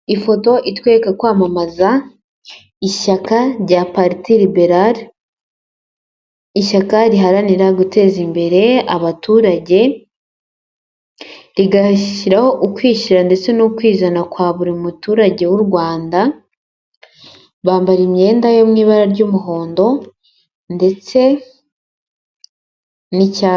Ifoto itwereka kwamamaza ishyaka rya parite liberari ishyaka riharanira guteza imbere abaturage, rigashyiraho ukwishyira ndetse no kwizana kwa buri muturage w'u Rwanda bambara imyenda yo mu ibara ry'umuhondo ndetse n'icyatsi.